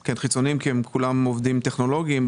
כי הם כולם עובדים טכנולוגיים,